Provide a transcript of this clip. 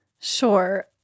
Sure